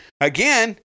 again